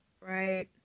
Right